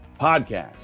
podcast